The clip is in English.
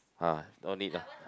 ah no need lah